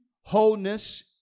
wholeness